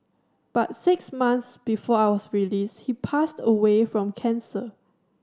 but six months before I was released he passed away from cancer